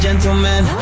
Gentlemen